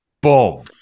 Boom